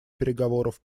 переговоров